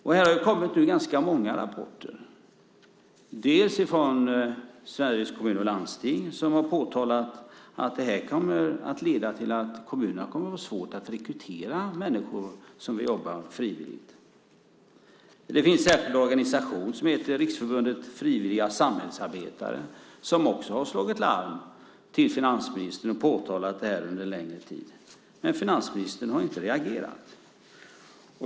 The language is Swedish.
Det har kommit ganska många rapporter, bland annat från Sveriges Kommuner och Landsting, som har påtalat att det här kommer att leda till att kommunerna får svårt att rekrytera människor som vill jobba frivilligt. Det finns en särskild organisation som heter Riksförbundet Frivilliga Samhällsarbetare, som också har slagit larm till finansministern och påtalat detta under en längre tid. Men finansministern har inte reagerat.